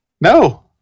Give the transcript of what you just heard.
No